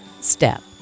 step